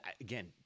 again